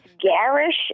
garish